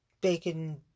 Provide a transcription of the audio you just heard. Bacon